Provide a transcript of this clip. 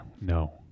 No